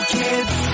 kids